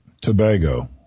Tobago